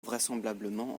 vraisemblablement